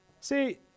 See